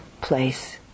place